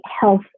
health